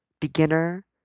beginner